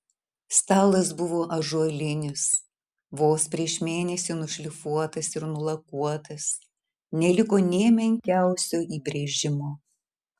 stalas buvo ąžuolinis vos prieš mėnesį nušlifuotas ir nulakuotas neliko nė menkiausio įbrėžimo